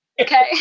Okay